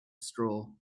straw